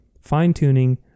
fine-tuning